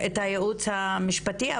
היועץ המשפטי,